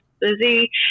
busy